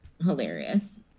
hilarious